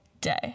day